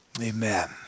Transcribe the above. Amen